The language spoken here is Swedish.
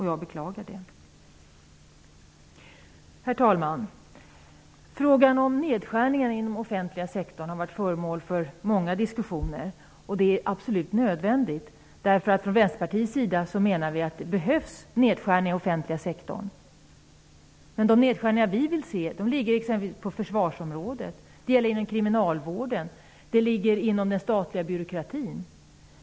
Jag beklagar det. Herr talman! Frågan om nedskärningar inom den offentliga sektorn har varit föremål för många diskussioner, och det är absolut nödvändigt. Inom Vänsterpartiet menar vi att det behövs nedskärningar inom den offentliga sektorn, men de nedskärningar vi vill se ligger exempelvis på försvarsområdet, inom kriminalvården och inom den statliga byråkratin.